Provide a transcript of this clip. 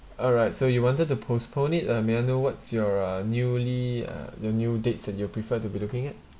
alright so you wanted to postpone it uh may I know what's your uh newly uh the new dates that you prefer to be looking at